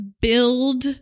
build